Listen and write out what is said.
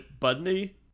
budney